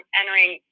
entering